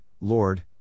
Lord